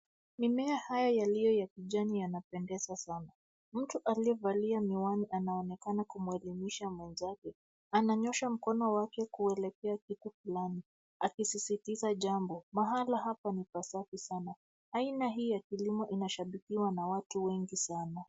Mimea haya yaliyo ya kijani yanapendeza sana. Mtu aliyevalia miwani anaonekana kumuelimisha mwenzake. Ananyosha mkono wake kuelekea kitu fulani akisisitiza jambo. Mahala hapa ni pasafi sana. Aina hii ya kilimo inashabikiwa na watu wengi sana.